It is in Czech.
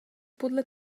podle